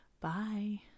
bye